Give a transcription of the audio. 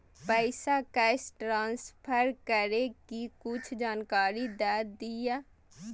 पैसा cash transfer करऐ कि कुछ जानकारी द दिअ